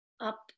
up